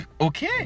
Okay